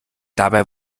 dabei